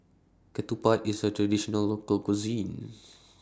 Ketupat IS A Traditional Local Cuisine